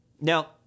Now